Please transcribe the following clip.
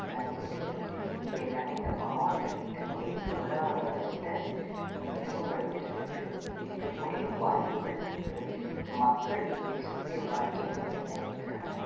நகைத் தொழில்கள் இதெல்லாமே இந்த மாவட்டத்தினுடைய பொருளாதாரத்தை மேம்படுத்துகிறதுக்கு இருக்கக்கூடிய வாய்ப்புகளாக இருக்குது மக்கள் இதை சுத்தின வாழ்க்கை முறையில்தான் இருக்கிறாங்க